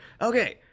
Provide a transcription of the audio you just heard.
Okay